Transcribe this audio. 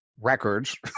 records